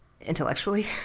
intellectually